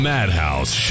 Madhouse